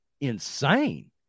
insane